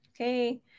Okay